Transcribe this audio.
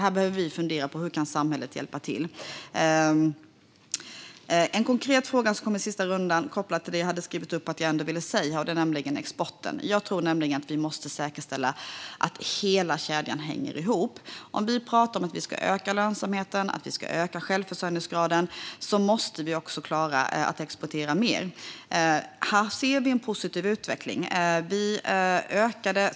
Här behöver vi fundera över hur samhället kan hjälpa till. En konkret fråga som kom upp i den sista frågerundan är kopplad till det jag hade skrivit upp att jag ändå skulle säga. Frågan gäller exporten. Jag tror att vi måste säkerställa att hela kedjan hänger ihop. Om vi pratar om att öka lönsamheten och självförsörjningsgraden måste vi också klara att exportera mer. Här ser vi en positiv utveckling.